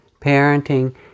parenting